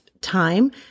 time